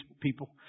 people